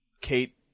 Kate